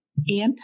anti